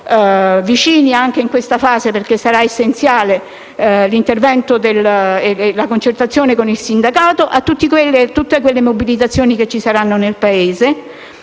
saremo vicini anche in questa fase (saranno infatti essenziali l'intervento e la concertazione con il sindacato) a tutte le mobilitazioni che ci saranno nel Paese.